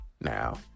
Now